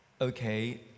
okay